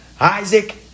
Isaac